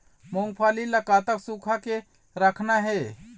मूंगफली ला कतक सूखा के रखना हे?